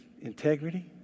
integrity